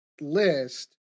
list